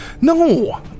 No